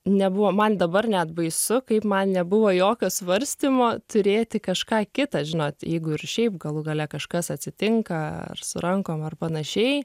nebuvo man dabar net baisu kaip man nebuvo jokio svarstymo turėti kažką kitą žinot jeigu ir šiaip galų gale kažkas atsitinka ar su rankom ar panašiai